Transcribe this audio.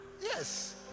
Yes